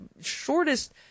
shortest